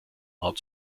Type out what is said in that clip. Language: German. raum